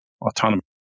autonomous